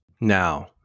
Now